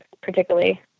particularly